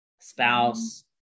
spouse